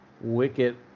Wicket